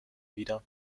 wieder